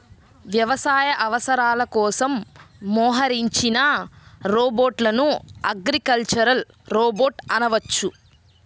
వ్యవసాయ అవసరాల కోసం మోహరించిన రోబోట్లను అగ్రికల్చరల్ రోబోట్ అనవచ్చు